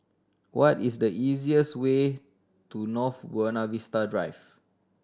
what is the easiest way to North Buona Star Drive